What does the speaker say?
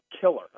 killer